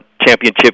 championship